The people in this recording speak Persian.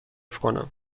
کنم